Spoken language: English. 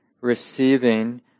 receiving